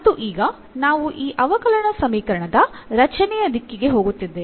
ಮತ್ತು ಈಗ ನಾವು ಈ ಅವಕಲನ ಸಮೀಕರಣದ ರಚನೆಯ ದಿಕ್ಕಿಗೆ ಹೋಗುತ್ತಿದ್ದೇವೆ